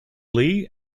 lee